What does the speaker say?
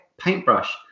Paintbrush